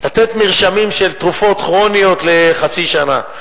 לתת מרשמים לתרופות כרוניות לחצי שנה.